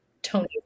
tony